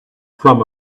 from